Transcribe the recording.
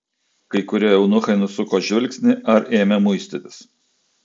kai kurie eunuchai nusuko žvilgsnį ar ėmė muistytis